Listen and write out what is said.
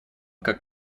как